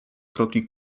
kroki